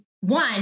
one